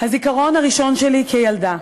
הזיכרון שלי כילדה: